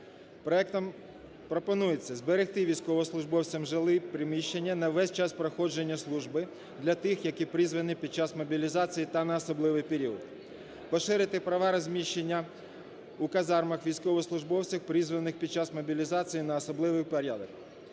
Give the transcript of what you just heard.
Проектом пропонується зберегти військовослужбовцям жилі приміщення на весь час проходження служби для тих, які призвані під час мобілізації та на особливий період. Поширити права розміщення у казармах військовослужбовців призваних під час мобілізації на особливий період.